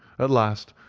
at last,